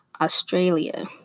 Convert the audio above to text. Australia